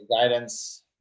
guidance